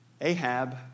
Ahab